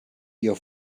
your